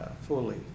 fully